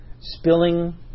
spilling